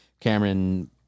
cameron